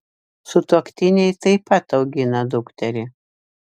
sutuoktiniai taip pat augina dukterį